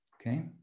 Okay